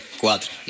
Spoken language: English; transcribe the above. cuatro